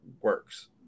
works